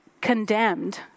condemned